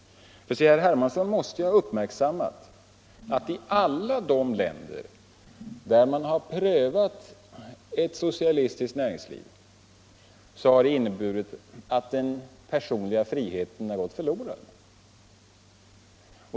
Herr Hermansson måste ju ha uppmärksammat att i alla de länder där man har prövat ett socialistiskt näringsliv har det inneburit att den personliga friheten har gått förlorad.